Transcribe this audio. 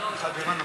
מיכל בירן אמרת.